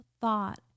thought